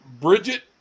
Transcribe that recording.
Bridget